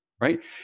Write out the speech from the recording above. Right